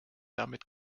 damit